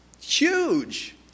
huge